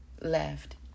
left